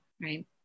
right